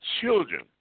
children